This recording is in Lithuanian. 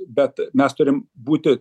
bet mes turim būti